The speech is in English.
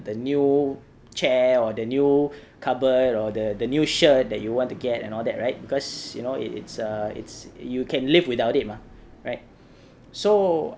the new chair or the new cupboard or the the new shirt that you want to get and all that right because you know it it's uh it's you can live without it mah right so